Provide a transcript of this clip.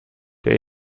der